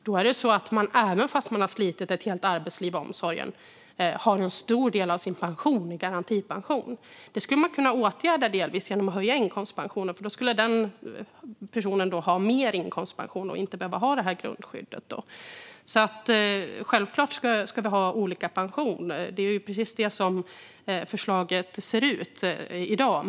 Det är ju så att även när man har slitit ett helt arbetsliv i omsorgen har man en stor del av sin pension i garantipension. Det skulle vi delvis kunna åtgärda genom att höja inkomstpensionen, för då skulle den personen ha mer inkomstpension och inte behöva ha det här grundskyddet. Självklart ska vi olika pensioner; det är precis så förslaget ser ut i dag.